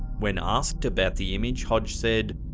when asked about the image, hodge said,